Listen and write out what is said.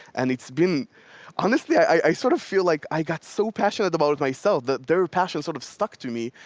and it's been honestly, i sort of feel like i got so passionate about it myself that their passion sort of stuck to me.